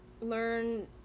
learn-